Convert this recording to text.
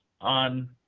on